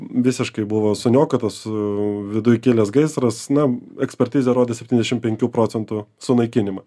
visiškai buvo suniokota su viduj kilęs gaisras na ekspertizė rodė septyniasdešim penkių procentų sunaikinimą